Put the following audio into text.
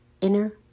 inner